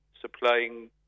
supplying